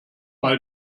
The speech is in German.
mal